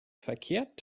verkehrt